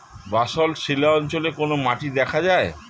Basalt শিলা অঞ্চলে কোন মাটি দেখা যায়?